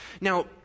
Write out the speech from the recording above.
now